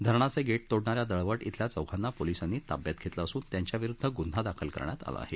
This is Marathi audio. धरणाचे गेट तोडणाऱ्या दळवट येथील चौघांना पोलिसांनी ताब्यात घेतले असून त्यांच्याविरुद्ध गुन्हा दाखल करण्यात आला आहे